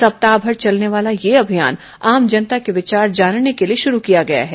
सप्ताहभर चलने वाला यह अभियान आम जनता के विचार जानने के लिए शुरू किया गया है